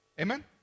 Amen